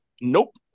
Nope